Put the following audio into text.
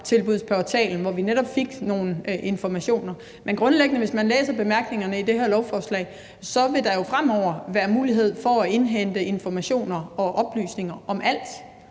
Dagtilbudsportalen, hvor vi netop fik nogle informationer. Men grundlæggende, hvis man læser bemærkningerne i det her lovforslag, vil man se, at der jo fremover vil være mulighed for at indhente informationer og oplysninger om alt,